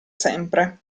sempre